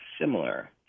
similar